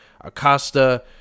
Acosta